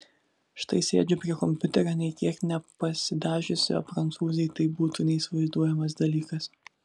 štai sėdžiu prie kompiuterio nė kiek nepasidažiusi o prancūzei tai būtų neįsivaizduojamas dalykas